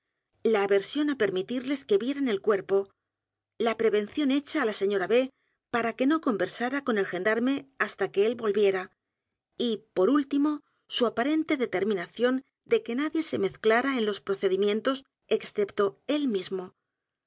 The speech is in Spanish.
la aversión á permitirles que vieran el cuerpo la prevención hecha á la señora b para que no conversara con el gendarme hasta que él volviera y por último su aparente determinación de que nadie se mezclara en los procedimientos excepto él mismo